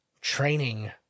training